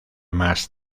más